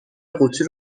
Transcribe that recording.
قوطی